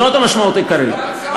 זאת המשמעות העיקרית,